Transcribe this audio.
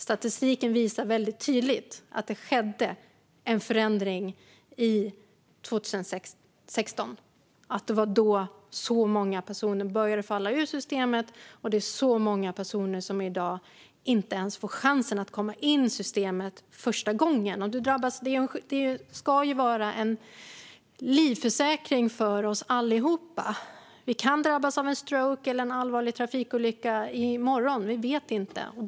Statistiken visar tydligt att det skedde en förändring 2016. Det var då som många personer började falla ur systemet. Det är i dag väldigt många personer som inte ens får chansen att komma in i systemet. Det ska ju vara en livförsäkring för oss alla. Vi kan drabbas av en stroke eller en allvarlig trafikolycka i morgon. Vi vet inte.